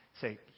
say